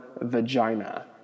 vagina